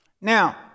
Now